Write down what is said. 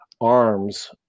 arms